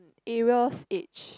Ariel's age